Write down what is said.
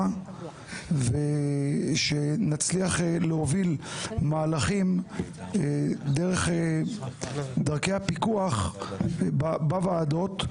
ונצליח להוביל מהלכים דרך דרכי הפיקוח בוועדות,